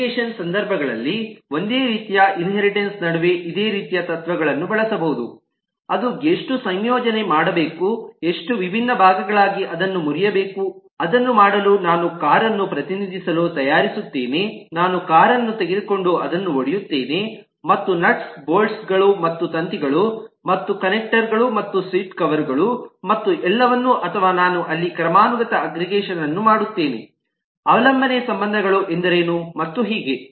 aggregation ಸಂದರ್ಭಗಳಲ್ಲಿ ಒಂದೇ ರೀತಿಯ ಇನ್ಹೇರಿಟೆನ್ಸ್ ನಡುವೆ ಇದೇ ರೀತಿಯ ತತ್ವಗಳನ್ನು ಬಳಸಬಹುದು ಅದು ಎಷ್ಟು ಸಂಯೋಜನೆ ಮಾಡಬೇಕು ಎಷ್ಟು ವಿಭಿನ್ನ ಭಾಗಗಳಾಗಿ ಅದನ್ನು ಮುರಿಯಬೇಕು ಅದನ್ನು ಮಾಡಲು ನಾನು ಕಾರ್ ಅನ್ನು ಪ್ರತಿನಿಧಿಸಲು ತಯಾರಿಸುತ್ತೇನೆ ನಾನು ಕಾರ್ ಅನ್ನು ತೆಗೆದುಕೊಂಡು ಅದನ್ನು ಒಡೆಯುತ್ತೇನೆ ಮತ್ತು ನಟ್ಸ್ ಮತ್ತು ಬೋಲ್ಟ್ ಗಳು ಮತ್ತು ತಂತಿಗಳು ಮತ್ತು ಕನೆಕ್ಟರ್ ಗಳು ಮತ್ತು ಸೀಟ್ ಕವರ್ ಗಳು ಮತ್ತು ಎಲ್ಲವನ್ನು ಅಥವಾ ನಾನು ಅಲ್ಲಿ ಕ್ರಮಾನುಗತ ಅಗ್ರಿಗೇಷನ್ ಅನ್ನು ಮಾಡುತ್ತೇನೆ ಅವಲಂಬನೆ ಸಂಬಂಧಗಳು ಎಂದರೇನು ಮತ್ತು ಹೀಗೆ